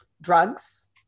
drugs